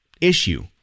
issue